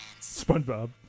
SpongeBob